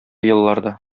елларда